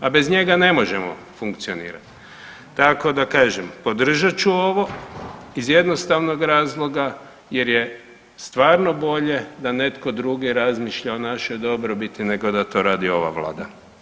A bez njega ne možemo funkcionirati, tako da kažem podržat ću ovo iz jednostavnog razloga jer je stvarno bolje da netko drugi razmišlja o našoj dobrobiti, nego da to radi ova Vlada.